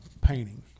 painting